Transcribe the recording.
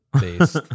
based